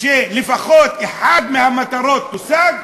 שלפחות אחת מהמטרות תושג?